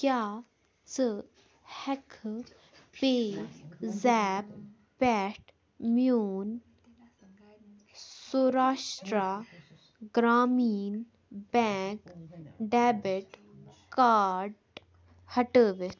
کیٛاہ ژٕ ہٮ۪کہٕ پے زیپ پٮ۪ٹھ میون Saurashtra Gramin bank debit card ہٹٲوِتھ